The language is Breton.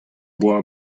boa